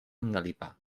engalipar